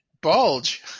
bulge